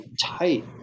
tight